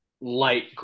light